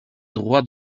droits